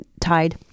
tied